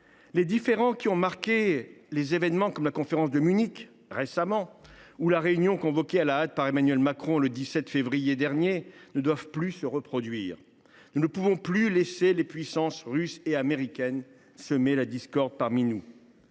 Les différends qui ont marqué la récente conférence de Munich sur la sécurité et la réunion convoquée à la hâte par Emmanuel Macron le 17 février dernier ne doivent plus avoir cours. Nous ne pouvons plus laisser les puissances russe et américaine semer la discorde parmi nous.